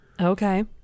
Okay